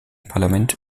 parlament